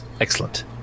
excellent